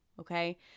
okay